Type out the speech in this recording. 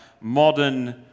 modern